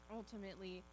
ultimately